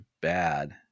bad